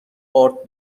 آرد